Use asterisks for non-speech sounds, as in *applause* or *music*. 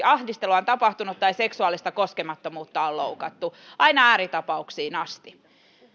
*unintelligible* ahdistelua on tapahtunut tai seksuaalista koskemattomuutta on loukattu aina ääritapauksiin asti